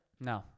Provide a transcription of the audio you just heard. No